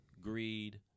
greed